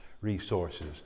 resources